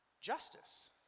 Justice